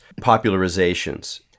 popularizations